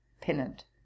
Pennant